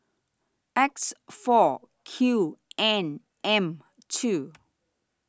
X four Q N M two